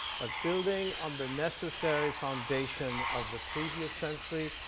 but building on the necessary foundation of the previous century,